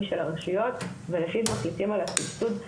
של הרשויות ולפיו מחליטים על הסבסוד,